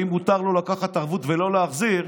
אם מותר לו לקחת ערבות ולא להחזיר,